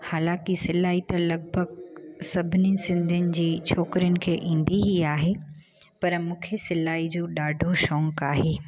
हालांकि सिलाई त लॻभॻि सभिनी सिंधियुनि जी छोकिरियुनि खे ईंदी ई आहे पर मूंखे सिलाई जो ॾाढो शौक़ु आहे